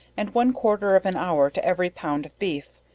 and one quarter of an hour to every pound of beef,